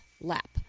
lap